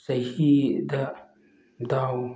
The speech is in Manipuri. ꯆꯍꯤꯗ ꯗꯥꯎ